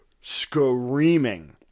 screaming